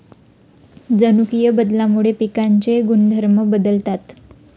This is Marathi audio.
जनुकीय बदलामुळे पिकांचे गुणधर्म बदलतात